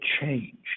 change